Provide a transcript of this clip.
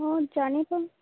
ହଁ ଜାଣି ତ